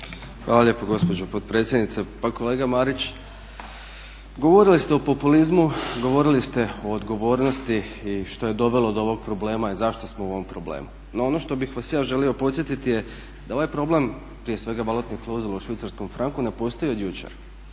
Hvala lijepo gospođo potpredsjednice. Pa kolega Marić, govorili ste o populizmu, govorili ste o odgovornosti i što je dovelo do ovog problema i zašto smo u ovom problemu. No, ono što bih vas ja želio podsjetiti je da ovaj problem prije svega valutne klauzule u švicarskom franku ne postoji od jučer